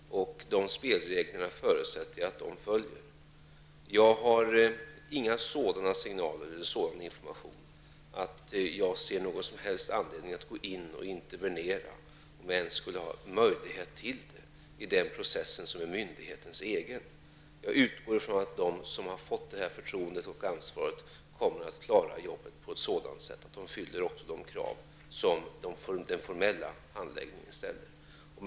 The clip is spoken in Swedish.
Jag förutsätter att de följer spelreglerna. Jag har inte fått några sådana signaler eller sådan information som gör att jag skulle ha någon som helst anledning att gå in och intervenera -- jag vet inte ens om jag skulle ha haft möjlighet till det -- i en process som är myndighetens egen. Jag utgår från att de som har fått förtroendet och ansvaret kommer att klara arbetet på ett sådant sätt att de också fyller de krav som den formella handläggningen ställer.